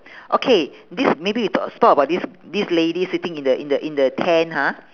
okay this maybe we talk talk about this this lady sitting in the in the in the tent ha